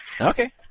Okay